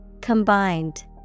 Combined